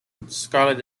scarlett